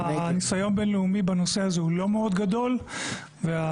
הניסיון הבין-לאומי בנושא הזה הוא לא מאוד גדול והפעילות